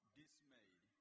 dismayed